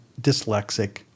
dyslexic